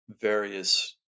various